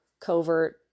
covert